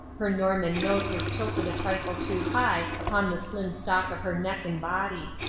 her norman nose was tilted a trifle too high upon the slim stalk of her neck and body.